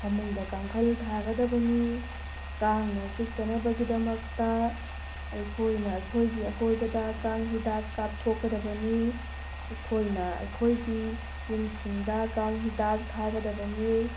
ꯐꯃꯨꯡꯗ ꯀꯥꯡꯈꯜ ꯊꯥꯒꯗꯕꯅꯤ ꯀꯥꯡꯅ ꯆꯤꯛꯇꯅꯕꯒꯤꯗꯃꯛꯇ ꯑꯩꯈꯣꯏꯅ ꯑꯩꯈꯣꯏꯒꯤ ꯑꯀꯣꯏꯕꯗ ꯀꯥꯡ ꯍꯤꯗꯥꯛ ꯀꯥꯞꯊꯣꯛꯀꯗꯕꯅꯤ ꯑꯩꯈꯣꯏꯅ ꯑꯩꯈꯣꯏꯒꯤ ꯌꯨꯝꯁꯤꯡꯗ ꯀꯥꯡ ꯍꯤꯗꯥꯛ ꯊꯥꯒꯗꯕꯅꯤ